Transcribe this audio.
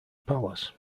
palace